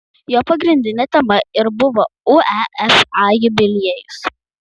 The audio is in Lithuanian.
jo pagrindinė tema ir buvo uefa jubiliejus